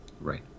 right